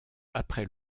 après